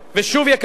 ושוב יקבלו,